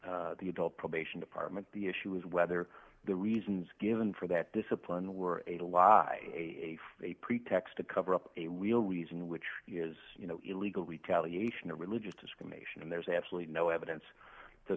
for the adult probation department the issue is whether the reasons given for that discipline were a law a pretext to cover up a real reason which is you know illegal retaliation or religious discrimination and there's absolutely no evidence to